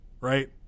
right